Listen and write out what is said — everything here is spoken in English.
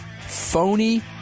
phony